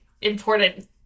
important